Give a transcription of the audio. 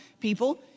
people